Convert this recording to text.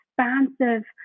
expansive